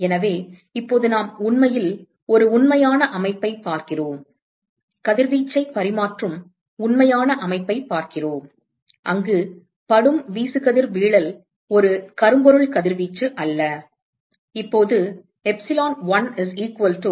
எனவே இப்போது நாம் உண்மையில் ஒரு உண்மையான அமைப்பைப் பார்க்கிறோம் கதிர்வீச்சைப் பரிமாற்றும் உண்மையான அமைப்பைப் பார்க்கிறோம் கதிர்வீச்சைப் பரிமாற்றும் உண்மையான அமைப்பைப் பார்க்கிறோம் அங்கு படும் வீசுகதிர்வீழல் ஒரு கரும்பொருள் கதிர்வீச்சு அல்ல